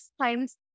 times